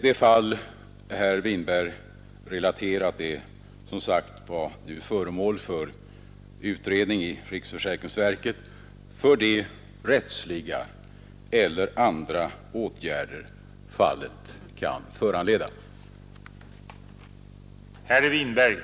Det fall som herr Winberg relaterade är som sagt nu föremål för utredning i riksförsäkringsverket, för de rättsliga eller andra åtgärder som fallet kan föranleda.